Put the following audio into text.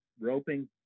roping